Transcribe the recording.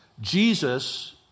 Jesus